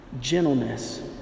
gentleness